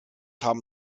haben